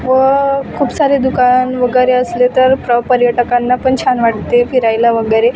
व खूप सारे दुकान वगैरे असले तर प्रॉ पर्यटकांना पण छान वाटते फिरायला वगैरे